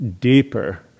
deeper